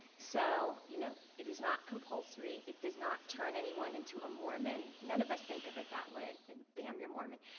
so, you know, it is not compulsory, it does not turn anyone into a mormon. none of us think of it that way, and bam you're mormon.